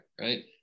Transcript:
right